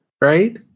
Right